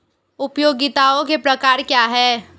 उपयोगिताओं के प्रकार क्या हैं?